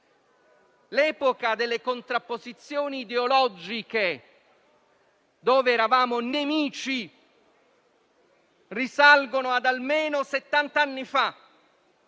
L'epoca delle contrapposizioni ideologiche, in cui eravamo nemici, risale ad almeno settant'anni fa.